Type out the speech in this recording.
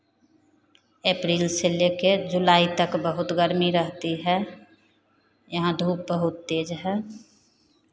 अप्रिल से ले कर जुलाई तक बहुत गर्मी रहती है यहाँ धूप बहुत तेज़ है